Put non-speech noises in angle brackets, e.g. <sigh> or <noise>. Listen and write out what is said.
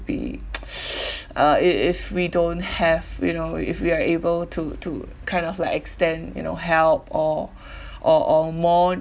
be <noise> <breath> uh if if we don't have you know if we are able to to kind of like extend you know help or <breath> or or more